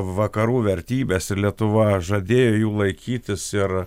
vakarų vertybes ir lietuva žadėjo jų laikytis ir